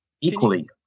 equally